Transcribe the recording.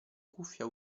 cuffia